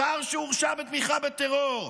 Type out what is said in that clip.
שר שהורשע בתמיכה בטרור,